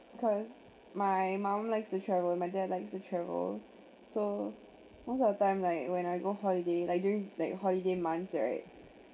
cause my mum likes to travel my dad likes to travel so most of the time like when I go holiday like during like holiday months right